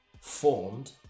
formed